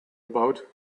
about